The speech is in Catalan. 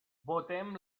votem